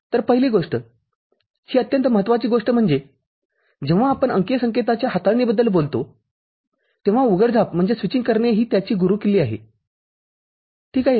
तर पहिली गोष्ट ही अत्यंत महत्वाची गोष्ट म्हणजे जेव्हा आपण अंकीय संकेताच्या हाताळणीबद्दल बोलतो तेव्हा उघडझाप करणे ही त्याची गुरुकिल्ली आहे ठीक आहे